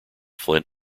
flint